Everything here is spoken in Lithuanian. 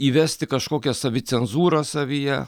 įvesti kažkokią savicenzūrą savyje